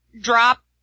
drop